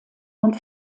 und